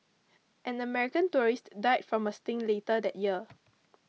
an American tourist died from a sting later that year